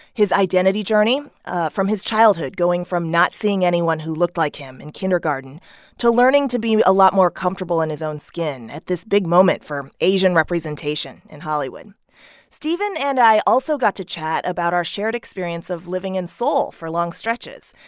his identity journey from his childhood going from not seeing anyone who looked like him in kindergarten to learning to be a lot more comfortable in his own skin at this big moment for asian representation in hollywood steven and i also got to chat about our shared experience of living in seoul for long stretches.